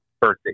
birthday